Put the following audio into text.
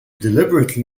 deliberately